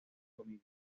familia